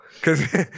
Cause